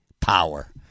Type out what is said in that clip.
power